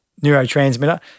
neurotransmitter